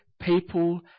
people